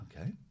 Okay